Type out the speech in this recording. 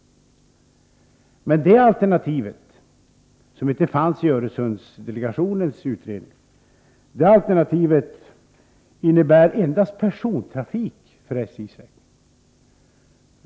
Men det alternativet, som inte fanns med i Öresundsdelegationens utredning, innebär endast persontrafik för SJ:s räkning.